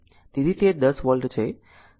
તેથી તે 10 વોલ્ટ છે